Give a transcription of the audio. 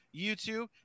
YouTube